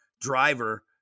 driver